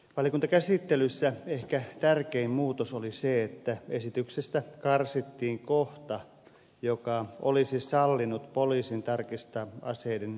valiokuntakäsittelyssä ehkä tärkein muutos oli se että esityksestä karsittiin kohta joka olisi sallinut poliisin tarkistaa aseiden säilyttämistä